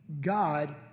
God